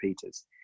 Peters